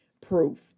proof